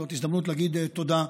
וזאת הזדמנות להגיד תודה,